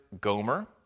Gomer